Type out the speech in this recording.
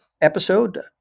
episode